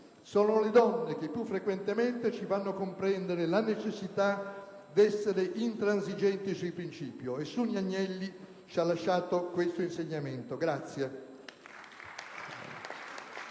sono le donne che più frequentemente ci fanno comprendere la necessità di essere intransigenti sui principi. Suni Agnelli ci ha lasciato questo insegnamento.